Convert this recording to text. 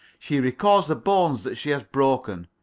she records the bones that she has broken,